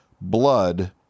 blood